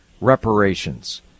reparations